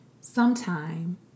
sometime